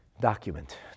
document